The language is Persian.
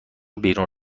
بیرون